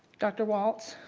dr. walts,